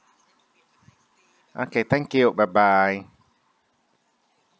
okay thank you bye bye